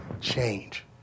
change